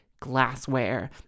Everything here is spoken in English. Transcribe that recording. glassware